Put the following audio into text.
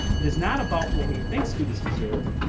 it is not about what we think students deserve.